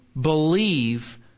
believe